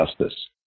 justice